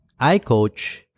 iCoach